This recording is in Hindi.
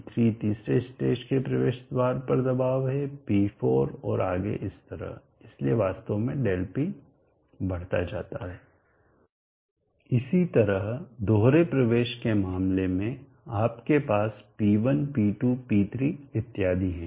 P3 तीसरे स्टेज के प्रवेश पर दबाव है P4 और आगे इस तरह इसलिए वास्तव में ∆P बढता जा रहा है इसी तरह दोहरे प्रवेश के मामले में आपके पास P1 P2P3 इत्यादि हैं